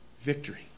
Victory